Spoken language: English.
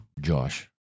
Josh